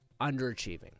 underachieving